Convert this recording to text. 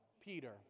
Peter